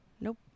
Nope